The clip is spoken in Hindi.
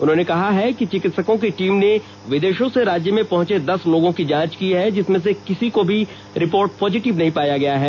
उन्होंने कहा है कि चिकित्सकों की टीम ने विदेशों से राज्य में पहुंचे दस लोगों की जांच की है जिसमें किसी का भी रिपोर्ट पॉजिटिव नहीं पाया गया है